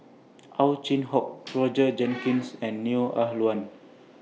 Ow Chin Hock Roger Jenkins and Neo Ah Luan